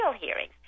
hearings